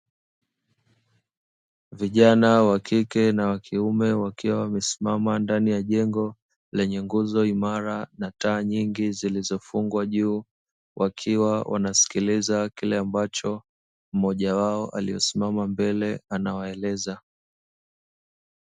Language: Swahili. Vijana wa kike na wa kiume wakiwa wamesimama ndani ya jengo lenye nguzo imara na taa nyingi zilizofungwa juu wakiwa wanasikiliza kile ambacho mmoja wao aliye simama mbele anawaeleza.